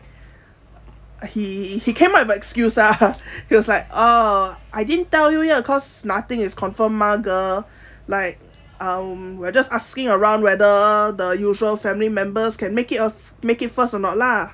he he came up with an excuse ah he was like uh I didn't tell you yet cause nothing is confirm mah girl like um we're just asking around whether the usual family members can make it make it first or not lah